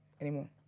anymore